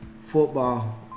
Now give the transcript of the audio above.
football